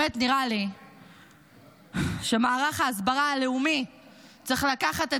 באמת נראה לי שמערך ההסברה הלאומי צריך לקחת את